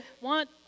want